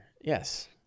Yes